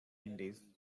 indies